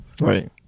Right